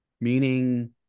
meaning